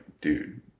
dude